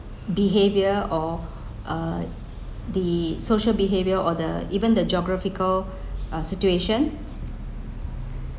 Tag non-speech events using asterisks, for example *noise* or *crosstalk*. behaviour or *breath* uh the social behaviour or the even the geographical *breath* uh situation